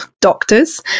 doctors